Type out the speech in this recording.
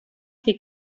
que